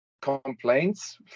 complaints